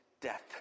death